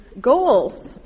goals